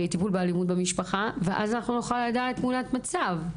אז נוכל לדעת תמונת מצב.